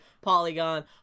Polygon